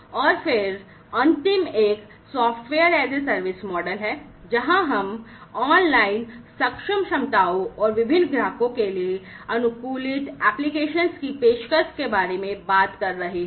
और फिर अंतिम एक software as a service model है जहां हम ऑनलाइन सक्षम क्षमताओं और विभिन्न ग्राहकों के लिए अनुकूलित अनुप्रयोगों की पेशकश के बारे में बात कर रहे हैं